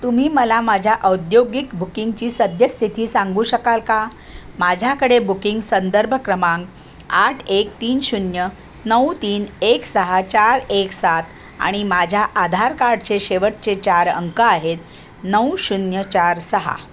तुम्ही मला माझ्या औद्योगिक बुकिंगची सद्यस्थिती सांगू शकाल का माझ्याकडे बुकिंग संदर्भ क्रमांक आठ एक तीन शून्य नऊ तीन एक सहा चार एक सात आणि माझ्या आधार कार्डचे शेवटचे चार अंक आहेत नऊ शून्य चार सहा